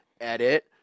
edit